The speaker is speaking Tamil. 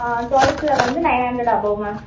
ஆ டுவெல்த்தில் வந்து நைன் ஹண்ட்ரட் அபோவ் மேம்